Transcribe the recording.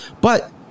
But-